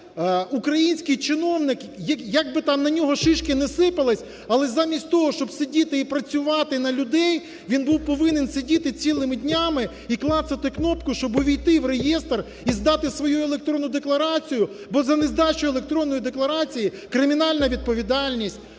український чиновник, як би там на нього шишки не сипались, але замість того, щоб сидіти і працювати на людей, він був повинен сидіти цілими днями і клацати кнопку, щоб увійти в реєстр і здати свою електронну декларацію, бо за нездачу електронної декларації кримінальна відповідальність.